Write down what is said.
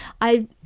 I-